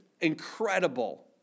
incredible